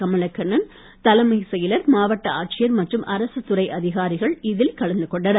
கமலக்கண்ணன் தலைமைச் செயலர் மாவட்ட ஆட்சியர் மற்றும் அரசுத்துறை அதிகாரிகள் இதில் கலந்து கொண்டனர்